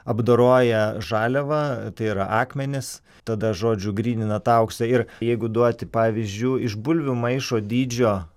apdoroja žaliavą tai yra akmenis tada žodžiu grynina tą auksą ir jeigu duoti pavyzdžių iš bulvių maišo dydžio